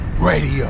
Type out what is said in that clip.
Radio